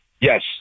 Yes